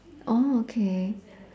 oh okay